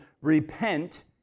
repent